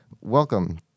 welcome